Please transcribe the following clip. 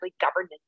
governance